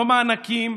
לא מענקים,